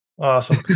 Awesome